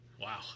Wow